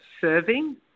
serving